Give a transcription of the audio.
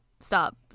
stop